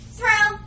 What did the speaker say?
Throw